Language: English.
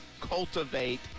cultivate